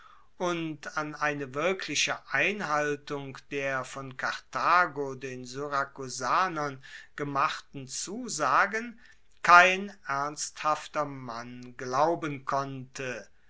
und an eine wirkliche einhaltung der von karthago den syrakusanern gemachten zusagen kein ernsthafter mann glauben konnte